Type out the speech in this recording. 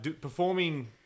performing